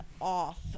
off